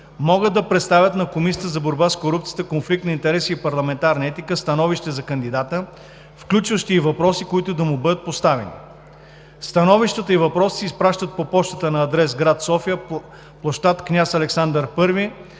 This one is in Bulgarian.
могат да представят на Комисията за борба с корупцията, конфликт на интереси и парламентарна етика становища за кандидата, включващи и въпроси, които да му бъдат поставяни. Становищата и въпросите се изпращат по пощата на адрес: гр. София, пл. „Княз Александър I“